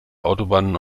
autobahnen